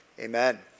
Amen